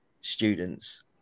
students